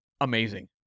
amazing